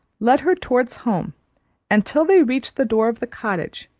led her towards home and till they reached the door of the cottage,